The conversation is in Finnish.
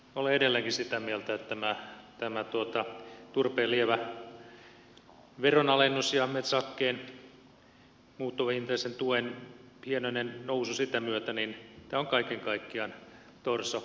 olen edelleenkin sitä mieltä että turpeen lievä veronalennus ja metsähakkeen muuttuvahintaisen tuen pienoinen nousu sitä myötä on kaiken kaikkiaan torso